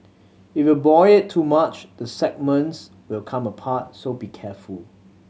if you boil it too much the segments will come apart so be careful